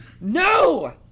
No